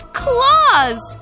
claws